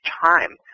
time